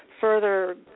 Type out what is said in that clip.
further